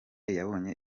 yabonye